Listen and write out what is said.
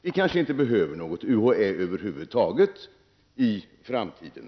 Vi kanske inte behöver något UHÄ över huvud taget i framtiden?